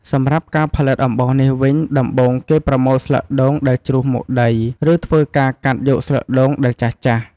សម្រាប់ការផលិតអំបោសនេះវិញ ដំបូងគេប្រមូលស្លឹកដូង ដែលជ្រុះមកដី ឬធ្វើការកាត់យកស្លឹកដូងដែលចាស់ៗ។